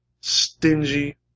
stingy